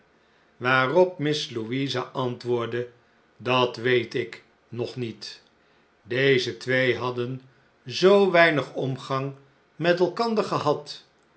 waarop miss louisa antwoordde dat weet ik nog niet deze twee hadden zoo weinig omgang met elkander gehad